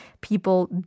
people